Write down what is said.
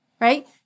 right